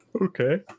Okay